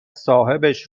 صاحابش